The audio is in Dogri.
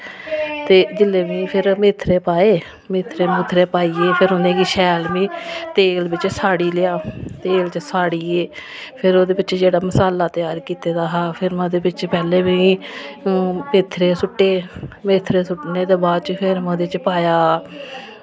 ते जेल्लै फिर में मेथरे पाए मेथरे पाइयै फिर में उनेंगी शैल भी तेल बिच साड़ी लैआ तेल च साड़ियै फिर ओह्दे बिच जेह्ड़ा मसाला त्यार कीते दा हा फिर में ओह्दे बिच पैह्लें बी मेथरे सु'ट्टे मेथरे सु'ट्टने दे बाद फिर में ओह्दे च पाया